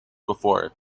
before